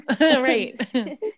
right